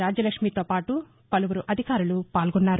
రాజ్యలక్ష్మితో పాటు పలువురు అధికారులు పాల్గొన్నారు